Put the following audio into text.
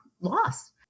loss